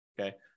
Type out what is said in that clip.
okay